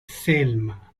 selma